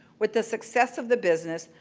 with the success of the business,